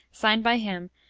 signed by him,